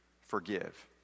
forgive